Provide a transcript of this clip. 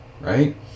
right